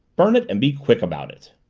burn it and be quick about it!